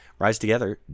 RiseTogether